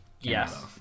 Yes